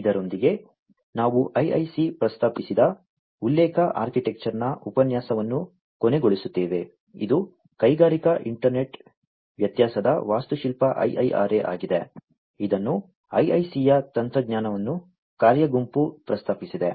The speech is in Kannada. ಇದರೊಂದಿಗೆ ನಾವು IIC ಪ್ರಸ್ತಾಪಿಸಿದ ಉಲ್ಲೇಖ ಆರ್ಕಿಟೆಕ್ಚರ್ನ ಉಪನ್ಯಾಸವನ್ನು ಕೊನೆಗೊಳಿಸುತ್ತೇವೆ ಇದು ಕೈಗಾರಿಕಾ ಇಂಟರ್ನೆಟ್ ವ್ಯತ್ಯಾಸದ ವಾಸ್ತುಶಿಲ್ಪ IIRA ಆಗಿದೆ ಇದನ್ನು IIC ಯ ತಂತ್ರಜ್ಞಾನ ಕಾರ್ಯ ಗುಂಪು ಪ್ರಸ್ತಾಪಿಸಿದೆ